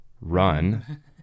run